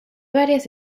varias